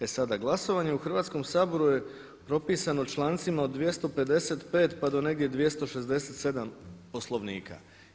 E sada, glasovanje u Hrvatskom saboru je propisano člancima od 255 pa do negdje 267 Poslovnika.